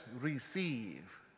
receive